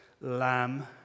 Lamb